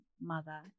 mother